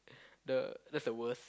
the that's the worst